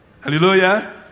hallelujah